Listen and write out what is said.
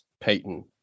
Payton